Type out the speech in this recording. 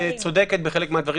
את צודקת בחלק מהדברים.